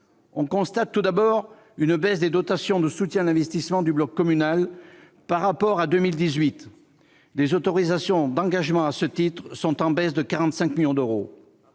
constatons tout d'abord une baisse des dotations de soutien à l'investissement du bloc communal. Par rapport à 2018, les autorisations d'engagement, à ce titre, sont en diminution de 45 millions d'euros.